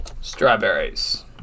strawberries